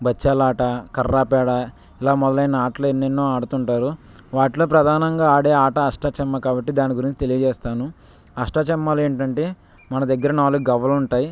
బచ్చాలాట కర్రపేడ ఇలా మొదలైన ఆటలు ఎన్నెన్నో ఆడుతూ ఉంటారు వాటిలో ప్రధానంగా ఆడే ఆట అష్ట చమ్మా కాబట్టి దాని గురించి తెలియజేస్తాను అష్టా చమ్మాలో ఏంటంటే మన దగ్గర నాలుగు గవ్వలు ఉంటాయి